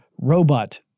robot